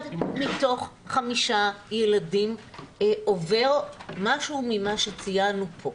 אחד מתוך חמישה ילדים עובר משהו ממה שציינו פה.